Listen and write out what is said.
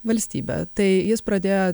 valstybę tai jis pradėjo